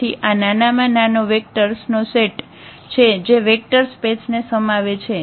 તેથી આ નાનામાં નેનો વેક્ટર્સ નો સેટ છે જે વેક્ટરસ્પેસ ને સમાવે છે